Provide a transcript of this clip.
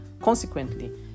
Consequently